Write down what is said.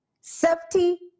safety